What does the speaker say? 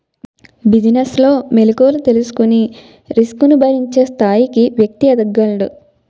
business లో మెలుకువలు తెలుసుకొని రిస్క్ ను భరించే స్థాయికి వ్యక్తి ఎదగగలడు